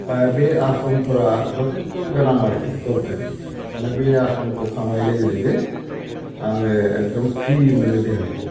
बे आसनफोरा जथेस्थ' गोनां आरोखि दरखारि माने बे आस्रमखौ खालामनाय लोगो लोगो आङो एकदम फ्रि मोनो देहाखौ